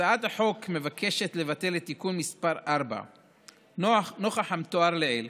הצעת החוק מבקשת לבטל את תיקון מס' 4. נוכח המתואר לעיל,